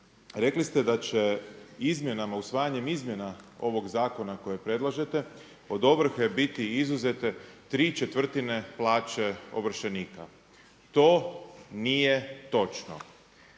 Rekli ste da će izmjenama, usvajanjem izmjena ovog zakona kojeg predlažete od ovrhe biti izuzete tri četvrtine plaće ovršenika. To nije točno.